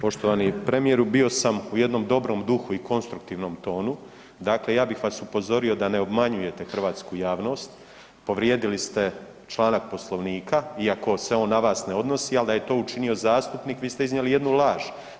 Poštovani premijeru bio sam u jednom dobrom duhu i konstruktivnom tonu, dakle ja bih vas upozorio da ne obmanjujete hrvatsku javnost, povrijedili ste članak Poslovnika iako se on na vas ne odnosi, ali da je to učinio zastupnik vi ste iznijeli jednu laž.